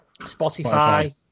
Spotify